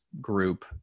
group